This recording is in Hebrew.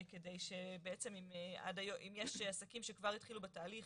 כדי שבעצם אם יש עסקים שכבר התחילו בתהליך